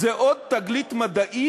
זו עוד תגלית מדעית